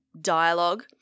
dialogue